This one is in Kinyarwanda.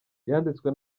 yanditswe